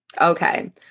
Okay